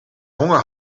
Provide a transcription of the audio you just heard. honger